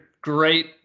great